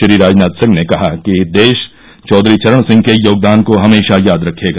श्री राजनाथ सिंह ने कहा कि देश चौधरी चरण सिंह के योगदान को हमेशा याद रखेगा